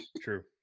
true